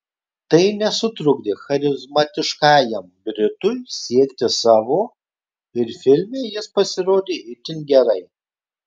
tai nesutrukdė charizmatiškajam britui siekti savo ir filme jis pasirodė itin gerai